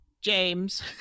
James